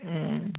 হুম